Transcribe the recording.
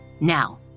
Now